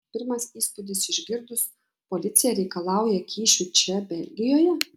pirmas įspūdis išgirdus policija reikalauja kyšių čia belgijoje